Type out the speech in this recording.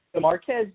Marquez